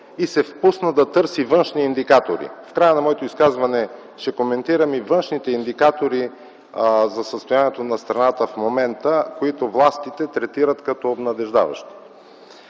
и се впусна да търси външни индикатори. В края на моето изказване ще коментирам и външните индикатори за състоянието на страната в момента, които властите третират като обнадеждаващи.